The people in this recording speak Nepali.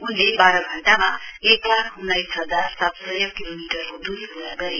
उनले वाह्र घण्टामा एक लाख उन्नाइस हजार सात सय किलोमिटरको दूरी पूरा गरे